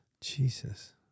Jesus